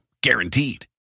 Guaranteed